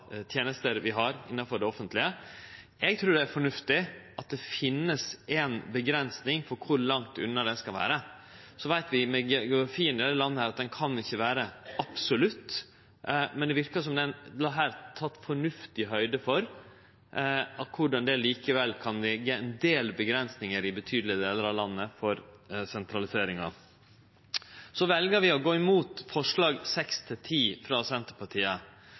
tenester vi har innanfor det offentlege. Eg trur det er fornuftig at det finst ei avgrensing for kor langt unna det skal vere. Så veit vi at med geografien i dette landet kan ikkje den grensa vere absolutt, men det verkar som om det vert teke fornuftig høgd for korleis det likevel kan leggje ein del avgrensingar i betydelege delar av landet for sentraliseringa. Så vel vi å gå imot forslaga nr. 6–10, frå Senterpartiet.